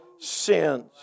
sins